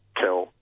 tell